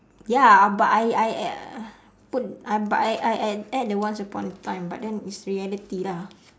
ya but I I put I I add add once upon a time but then it's reality lah